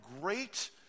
great